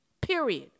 period